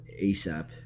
ASAP